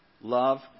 love